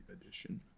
edition